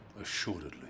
assuredly